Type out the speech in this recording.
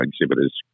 exhibitors